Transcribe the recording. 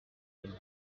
them